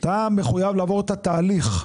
מחויב לעבור את התהליך.